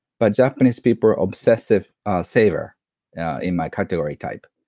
but, japanese people are obsessive saver in my category type,